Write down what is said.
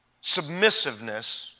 Submissiveness